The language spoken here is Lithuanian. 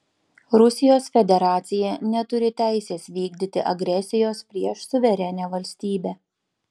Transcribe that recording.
rusijos federacija neturi teisės vykdyti agresijos prieš suverenią valstybę